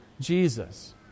Jesus